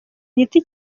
giti